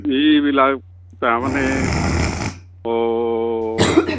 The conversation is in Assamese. যিবিলাক তাৰমানে